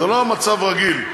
זה לא מצב רגיל.